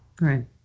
Right